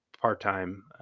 part-time